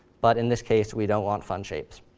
but in this case, we don't want fun shapes.